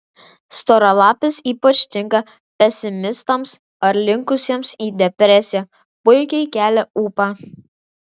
storalapis ypač tinka pesimistams ar linkusiems į depresiją puikiai kelia ūpą